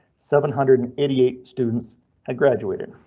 seven hundred and eighty eight students have graduated.